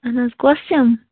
اَہَن حظ کۄس چھَم